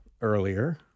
earlier